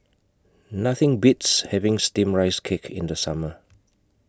Nothing Beats having Steamed Rice Cake in The Summer